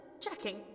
checking